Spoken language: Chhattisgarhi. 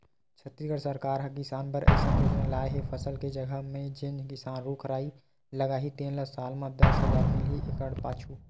छत्तीसगढ़ सरकार ह किसान बर अइसन योजना लाए हे फसल के जघा म जेन किसान रूख राई लगाही तेन ल साल म दस हजार मिलही एकड़ पाछू